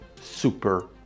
super